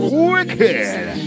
wicked